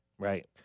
Right